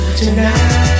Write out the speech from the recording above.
tonight